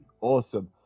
Awesome